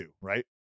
right